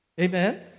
Amen